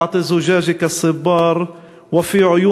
על לבבותיכם, נשארים כגדר / ובגרונותיכם